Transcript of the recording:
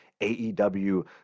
aew